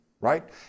right